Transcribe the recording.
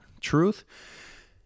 truth